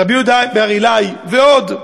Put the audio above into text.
רבי יהודה בר עילאי ועוד.